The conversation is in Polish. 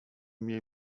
mię